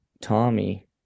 Tommy